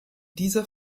dieser